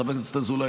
חבר הכנסת אזולאי.